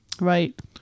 Right